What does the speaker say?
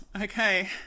Okay